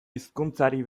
hizkuntzari